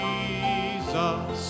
Jesus